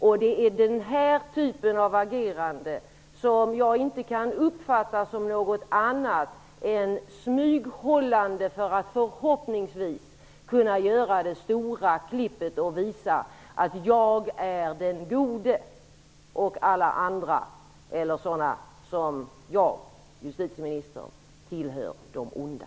Och det är den här typen av agerande som jag inte uppfattar som något annat än ett smyghållande, för att förhoppningsvis kunna göra det stora klippet och därmed visa att man är den gode och att alla andra -- eller sådana som jag, justitieministern -- tillhör de onda.